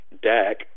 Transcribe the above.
Dak